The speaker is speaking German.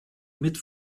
mit